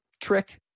trick